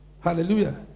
Hallelujah